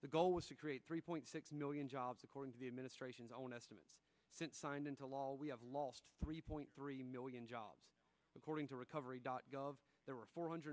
the goal was to create three point six million jobs according to the administration's own estimate since signed into law we have lost three point three million jobs according to recovery dot gov there were four hundred